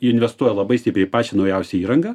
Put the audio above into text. investuoja labai stipriai į pačią naujausią įrangą